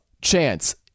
chance